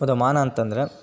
ಹೋದ ಮಾನ ಅಂತಂದರೆ